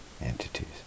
entities